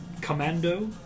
commando